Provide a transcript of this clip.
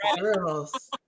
girls